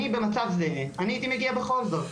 אני במצב זהה הייתי מגיע בכל זאת.